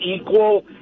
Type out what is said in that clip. equal